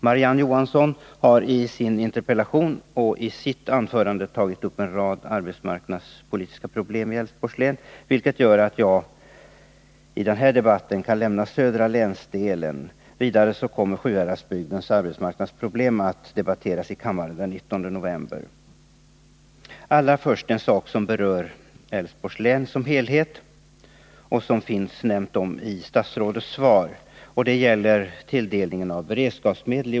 Marie-Ann Johansson har i sin interpellation och i sitt anförande tagit upp en rad arbetsmarknadspolitiska problem i Älvsborgs län, vilket gör att jag i den här debatten kan lämna den södra länsdelen. Vidare kommer Sjuhäradsbygdens arbetsmarknadsproblem att debatteras i kammaren den 19 november. Jag vill ta upp en sak som berör Älvsborgs län som helhet och som nämns i statsrådets svar. Det gäller de olika länens tilldelning av beredskapsmedel.